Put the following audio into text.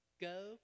go